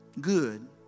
good